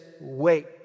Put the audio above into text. wait